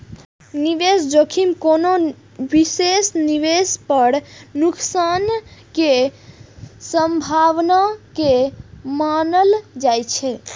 निवेश जोखिम कोनो विशेष निवेश पर नुकसान के संभावना के मानल जाइ छै